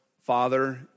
Father